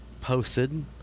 posted